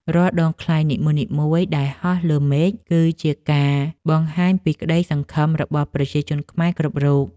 រាល់ដងខ្លែងនីមួយៗដែលហោះលើមេឃ គឺជាការបង្ហាញពីក្តីសង្ឃឹមរបស់ប្រជាជនខ្មែរគ្រប់រូប។